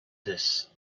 this